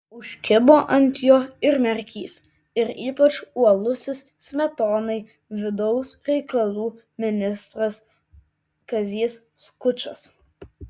užkibo ant jo ir merkys ir ypač uolusis smetonai vidaus reikalų ministras kazys skučas